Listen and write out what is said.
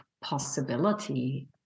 possibility